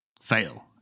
fail